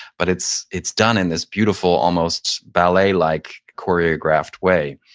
but it's it's done in this beautiful almost ballet like choreographed way,